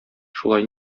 шулай